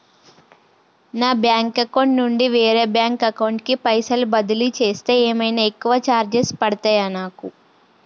నా bank account నుండి వేరే బ్యాంక్ అకౌంట్ కి పైసల్ బదిలీ చేస్తే ఏమైనా ఎక్కువ చార్జెస్ పడ్తయా నాకు?